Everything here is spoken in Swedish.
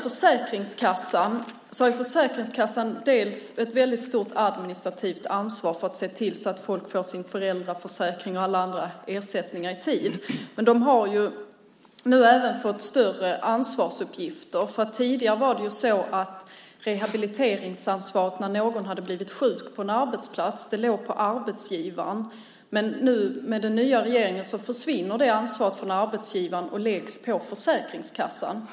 Försäkringskassan har ett mycket stort administrativt ansvar för att se till att folk får sin föräldraförsäkring och andra ersättningar i tid. Men man har nu fått större ansvarsuppgifter. Tidigare var det arbetsgivaren som hade rehabiliteringsansvaret när någon blev sjuk på en arbetsplats, men med den nya regeringen läggs det ansvaret på Försäkringskassan.